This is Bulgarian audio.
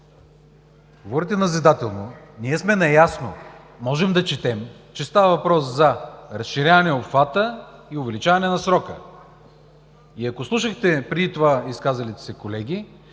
говорите назидателно. Ние сме наясно, можем да четем, че става въпрос за разширяване обхвата и увеличаване на срока. И ако слушахте преди това изказалите се колеги,